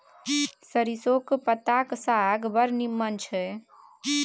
सरिसौंक पत्ताक साग बड़ नीमन छै